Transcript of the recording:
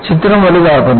ചിത്രം വലുതാക്കുന്നു